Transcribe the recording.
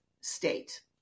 state